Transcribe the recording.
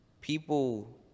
people